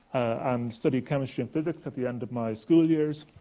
and studied chemistry and physics at the ends of my school years.